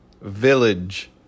Village